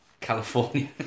California